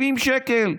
70 שקל.